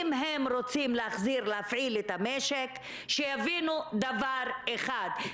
אם הם רוצים להחזיר ולהפעיל את המשק שיבינו דבר אחד,